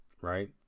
right